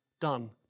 done